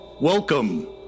Welcome